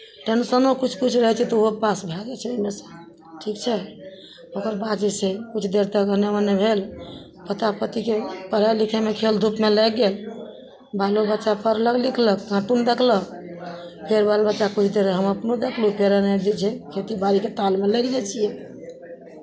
टेंशनो किछु किछु रहै छै तऽ ओहो पास भए जाइ छै एहिसँ ठीक छै ओकर बाद जे छै किछु देर तक एन्नऽ ओन्नऽ भेल पोता पोतीके पढ़ाइ लिखाइमे खेल धूपमे लागि गेल बालो बच्चा पढ़लक लिखलक कार्टून देखलक फेर बाल बच्चा किछु देर हम अपनो देखलहुँ फेर एना ही जे छै खेतीबाड़ीके काजमे लागि जाइ छियै